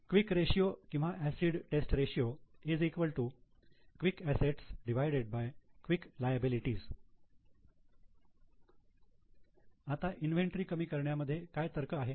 quick ratio acid test ratio quick assets quick liability आता inventory कमी करण्यामध्ये काय तर्क आहे